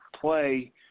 play